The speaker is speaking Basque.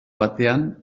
batean